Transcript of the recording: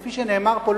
כפי שנאמר פה,